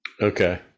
Okay